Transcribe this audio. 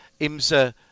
IMSA